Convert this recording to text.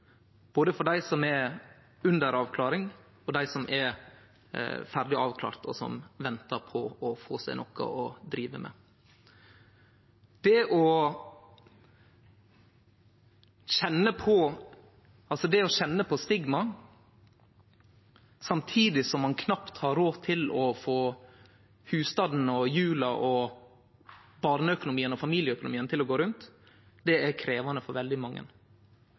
både for dei som er under avklaring, og for dei som er ferdig avklarte og ventar på å få noko å drive med. Det å kjenne på stigma samtidig som ein knapt har råd til å få husstanden, jula og barne- og familieøkonomien til å gå rundt, er krevjande for veldig mange.